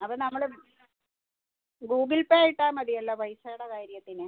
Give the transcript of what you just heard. അത് നമ്മൾ Google Pay ഇട്ടാൽ മതിയല്ലോ പൈസയുടെ കാര്യത്തിന്